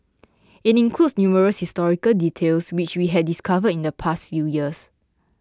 it includes numerous historical details which we had discovered in the past few years